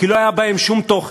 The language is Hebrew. כי לא היה בהם שום תוכן.